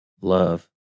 love